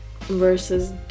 versus